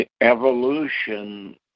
evolution